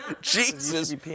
Jesus